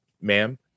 ma'am